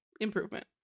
improvement